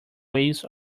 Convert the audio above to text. waves